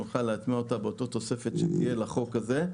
נוכל להטמיע אותה באותה תוספת שתהיה לחוק הזה,